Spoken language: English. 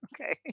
okay